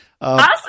Awesome